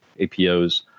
APOs